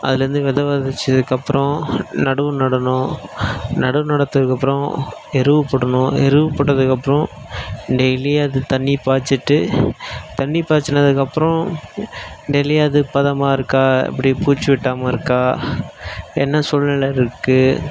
அதில் இருந்து வித விதச்சதுக்கு அப்புறோம் நடவு நடணும் நடவு நட்டத்துக்கு அப்புறோம் எருவு போடணும் எருவு போட்டதுக்கு அப்புறோம் டெய்லி அது தண்ணீர் பாய்ச்சிட்டு தண்ணி பாச்சினத்துக்கு அப்புறோம் டெய்லி அது பதமாக இருக்கா எப்படி பூச்சி வெட்டாமல் இருக்கா என்ன சூழ்நிலையில இருக்குது